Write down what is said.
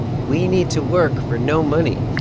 we need to work for no money?